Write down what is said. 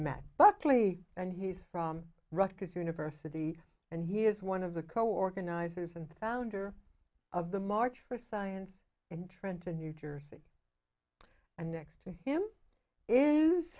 buckley and he's from rutgers university and he is one of the co organizers and founder of the march for science and trenton new jersey and next to him is